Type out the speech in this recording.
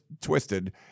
twisted